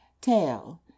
TAIL